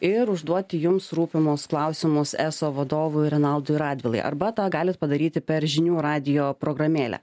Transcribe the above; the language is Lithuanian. ir užduoti jums rūpimus klausimus eso vadovui renaldui radvilai arba tą galit padaryti per žinių radijo programėlę